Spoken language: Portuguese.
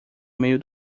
meio